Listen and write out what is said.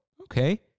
okay